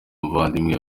umuvandimwe